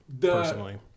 personally